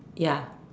ya